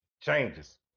Changes